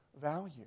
value